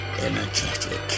energetic